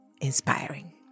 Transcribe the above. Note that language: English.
inspiring